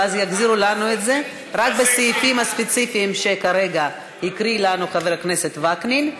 ואז יחזירו לנו את זה רק בסעיפים הספציפיים שהקריא לנו חבר הכנסת וקנין.